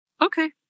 Okay